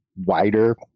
wider